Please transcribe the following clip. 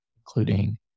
including